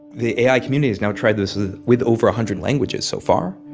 the ai community has now tried this with over a hundred languages so far.